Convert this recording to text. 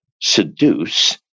seduce